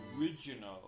original